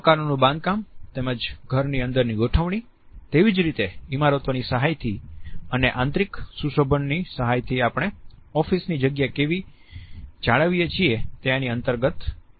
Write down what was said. મકાનોનું બાંધકામ તેમજ ઘરની અંદરની ગોઠવણી તેવી જ રીતે ઇમારતોની સહાયથી અને આંતરિક સુશોભનની સહાયથી આપણે ઓફિસની જગ્યા કેવી જાળવીએ છીએ તે આની અંતર્ગત આવે છે